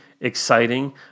exciting